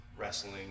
wrestling